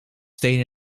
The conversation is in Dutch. steen